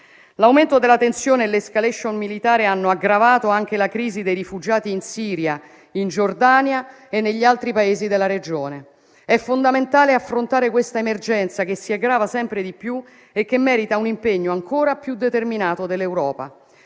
L'aumento della tensione e l'*escalation* militare hanno aggravato anche la crisi dei rifugiati in Siria, in Giordania e negli altri Paesi della regione. È fondamentale affrontare questa emergenza, che si aggrava sempre di più e che merita un impegno ancora più determinato dell'Europa.